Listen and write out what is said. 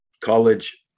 college